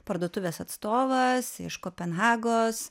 parduotuvės atstovas iš kopenhagos